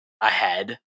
ahead